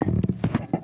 אם